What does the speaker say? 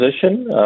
position